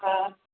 हा